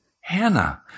Hannah